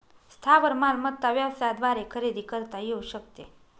स्थावर मालमत्ता व्यवसायाद्वारे खरेदी करता येऊ शकते